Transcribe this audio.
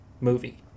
movie